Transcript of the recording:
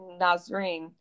Nazreen